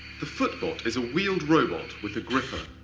the footbot is a wield robot with a gripper.